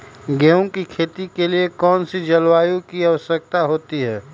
गेंहू की खेती के लिए कौन सी जलवायु की आवश्यकता होती है?